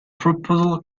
proposal